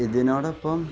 ഇതിനോടൊപ്പം